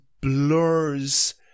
blurs